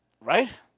Right